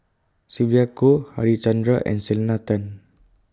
Sylvia Kho Harichandra and Selena Tan